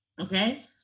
Okay